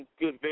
good